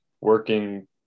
working